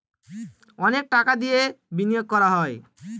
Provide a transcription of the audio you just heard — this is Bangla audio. অনেক টাকা দিয়ে বিনিয়োগ করা হয়